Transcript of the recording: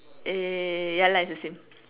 ya ya ya ya ya ya ya lah like it's the same